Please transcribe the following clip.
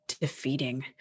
defeating